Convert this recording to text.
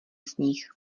sníh